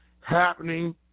happening